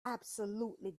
absolutely